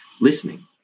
listening